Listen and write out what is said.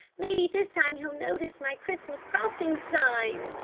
maybe this time he'll notice my christmas crossing sign!